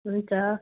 हुन्छ